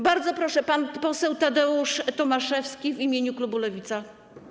Bardzo proszę, pan poseł Tadeusz Tomaszewski w imieniu klubu Lewica.